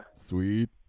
Sweet